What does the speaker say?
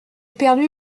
perdu